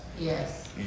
Yes